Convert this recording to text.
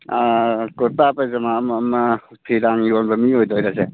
ꯀꯨꯔꯇꯥ ꯄꯥꯏꯖꯃꯥ ꯑꯃ ꯑꯃ ꯐꯤ ꯂꯥꯡ ꯌꯣꯟꯕ ꯃꯤ ꯑꯣꯏꯗꯣꯏꯔ ꯁꯦ